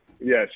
Yes